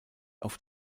auf